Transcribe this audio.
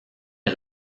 est